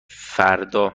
فردا